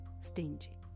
stingy